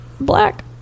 black